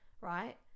right